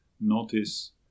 Notice